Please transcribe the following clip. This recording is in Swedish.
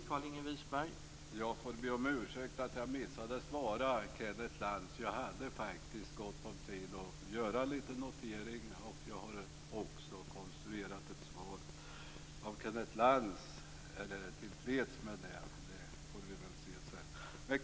Herr talman! Jag får be om ursäkt att jag missade att svara Kenneth Lantz. Jag hade faktiskt gott om tid att göra lite noteringar. Jag har också konstruerat ett svar. Om Kenneth Lantz är tillfreds med det får vi väl se sedan.